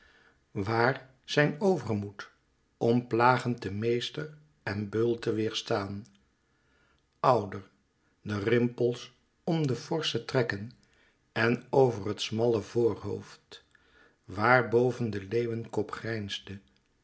waar zijn overmoed om plagend den meester en beul te weerstaan ouder de rimpels om de forsche trekken en over het smalle voorhoofd waar boven de leeuwenkop grijnsde